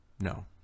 no